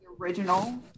original